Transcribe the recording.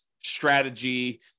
strategy